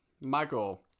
Michael